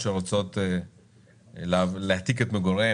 וזכאות להלוואות באזורים שונים במדינה.